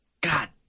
God